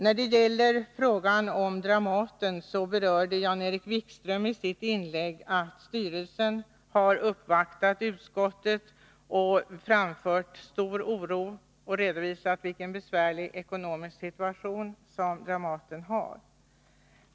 När det gäller frågan om Dramaten sade Jan-Erik Wikström i sitt inlägg att styrelsen har uppvaktat utskottet och framfört stor oro; man redovisade vilken besvärlig ekonomisk situationen Dramaten har.